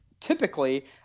typically